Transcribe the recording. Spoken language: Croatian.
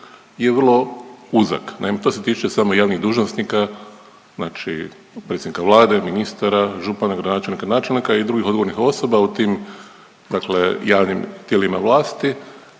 je vrlo uzak, naime to se tiče samo javnih dužnosnika, znači predsjednika Vlade, ministara, župana, gradonačelnika, načelnika i drugih odgovornih osoba u tim dakle javnim tijelima vlasti